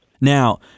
Now